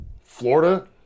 Florida